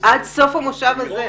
עד סוף המושב הזה.